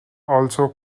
also